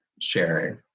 sharing